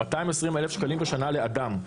220,000 שקלים בשנה לאדם.